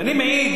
ואני מעיד,